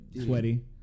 Sweaty